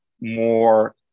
more